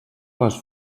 les